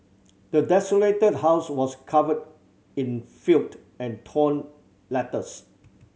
the desolated house was covered in filed and torn letters